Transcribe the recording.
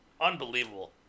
unbelievable